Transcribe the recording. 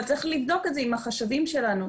אבל צריך לבדוק את זה עם החשבים שלנו,